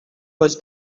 was